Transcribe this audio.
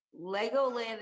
Legoland